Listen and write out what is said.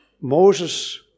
Moses